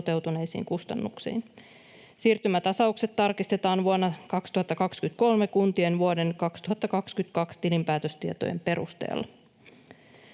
toteutuneisiin kustannuksiin. Siirtymätasaukset tarkistetaan vuonna 2023 kuntien vuoden 2022 tilinpäätöstietojen perusteella.